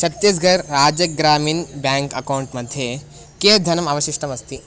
छत्तीस्गर् राज्यग्रामिन् bank account मध्ये कियत् धनम् अवशिष्टमस्ति